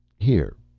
here.